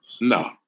no